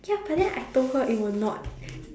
ya but then I told her it will not